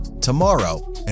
tomorrow